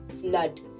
flood